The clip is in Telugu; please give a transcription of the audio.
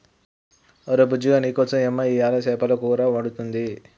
ఒరే బుజ్జిగా నీకోసం యమ్మ ఇయ్యలు సేపల కూర వండుతుంది